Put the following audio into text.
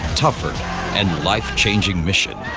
tougher and life-changing mission